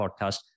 podcast